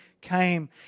came